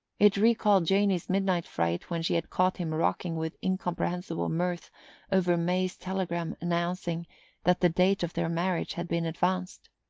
it recalled janey's midnight fright when she had caught him rocking with incomprehensible mirth over may's telegram announcing that the date of their marriage had been advanced.